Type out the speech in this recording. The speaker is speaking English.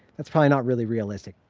that's probably not really realistic